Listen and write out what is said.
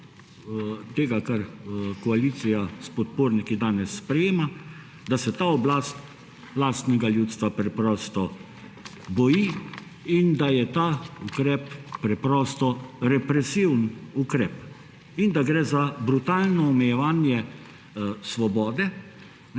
tega, kar koalicija s podporniki danes sprejema, je, da se ta oblast lastnega ljudstva preprosto boji in da je ta ukrep preprosto represiven ukrep. Gre za brutalno omejevanje svobode